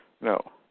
No